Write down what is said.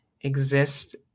exist